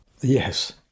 Yes